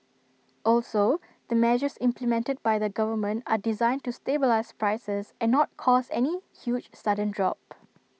also the measures implemented by the government are designed to stabilise prices and not cause any huge sudden drop